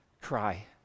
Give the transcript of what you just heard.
cry